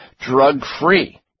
drug-free